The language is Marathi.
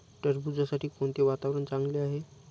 टरबूजासाठी कोणते वातावरण चांगले आहे?